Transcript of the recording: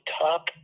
top